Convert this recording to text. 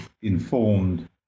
informed